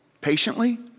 Patiently